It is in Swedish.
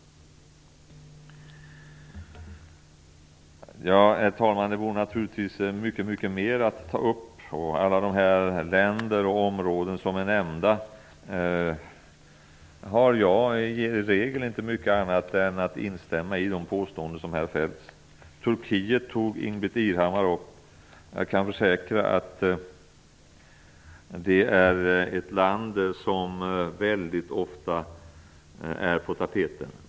Herr talman! Det finns naturligtvis mycket mer att ta upp. Jag kan inte annat än att instämma i de påståenden som har fällts här angående olika länder och områden. Ingbritt Irhammar tog upp frågan om Turkiet. Jag kan försäkra att det är ett land som ofta är på tapeten.